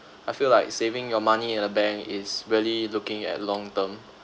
I feel like saving your money in the bank is really looking at long term